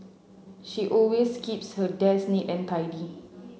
she always keeps her desk neat and tidy